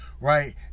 right